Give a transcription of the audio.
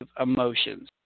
emotions